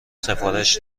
سفارش